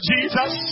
Jesus